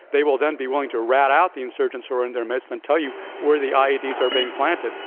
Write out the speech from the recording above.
they will then be willing to rat out the insurgents who are in their midst and tell you where the ieds are being planted.